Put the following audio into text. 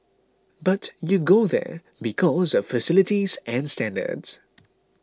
but you go there because of facilities and standards